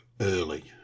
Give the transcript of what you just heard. early